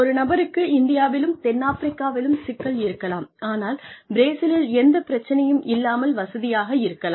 ஒரு நபருக்கு இந்தியாவிலும் தென்னாப்பிரிக்காவிலும் சிக்கல் இருக்கலாம் ஆனால் பிரேசிலில் எந்த பிரச்சனையும் இல்லாமல் வசதியாக இருக்கலாம்